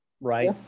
right